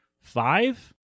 five